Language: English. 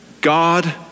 God